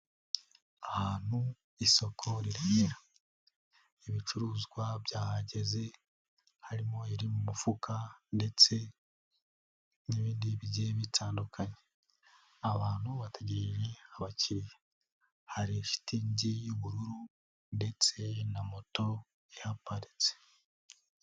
Ahantu isoko riremera, ibicuruzwa byahageze harimo iri mu mufuka ndetse n'ibindi bigiye bitandukanye, abantu bategereje abakiriya, hari shitingi y'ubururu ndetse na moto ihaparitse.